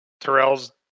Terrell's